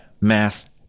math